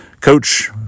Coach